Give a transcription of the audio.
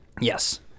Yes